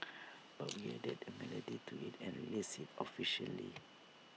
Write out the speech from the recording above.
but we added the melody to IT and released IT officially